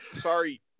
Sorry